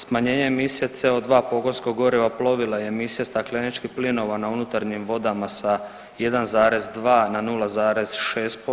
Smanjenje emisije CO2 pogonskog goriva plovila i emisija stakleničkih plinova na unutarnjim vodama sa 1,2 na 0,6%